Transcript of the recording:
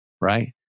right